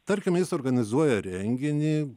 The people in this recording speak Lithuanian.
tarkime jis organizuoja renginį